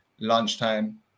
lunchtime